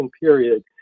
period